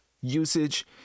usage